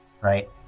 Right